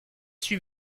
suis